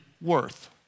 worth